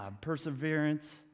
perseverance